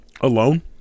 alone